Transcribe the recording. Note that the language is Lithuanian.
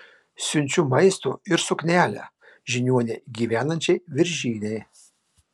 siunčiu maisto ir suknelę žiniuonei gyvenančiai viržyne